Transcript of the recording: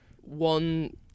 One